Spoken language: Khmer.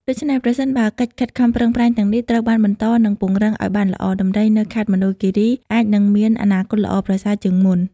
ដូច្នេះប្រសិនបើកិច្ចខិតខំប្រឹងប្រែងទាំងនេះត្រូវបានបន្តនិងពង្រឹងឲ្យបានល្អ ដំរីនៅខេត្តមណ្ឌលគិរីអាចនឹងមានអនាគតល្អប្រសើរជាងមុន។